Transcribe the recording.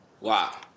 Wow